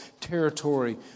territory